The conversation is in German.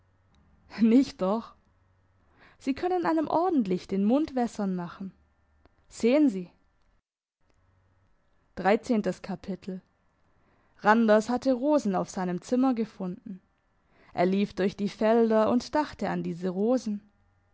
nicht doch sie können einem ordentlich den mund wässern machen sehen sie randers hatte rosen auf seinem zimmer gefunden er lief durch die felder und dachte an diese rosen